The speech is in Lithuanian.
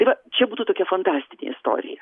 tai va čia būtų tokia fantastinė istorija